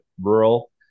rural